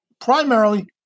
primarily